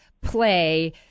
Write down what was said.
play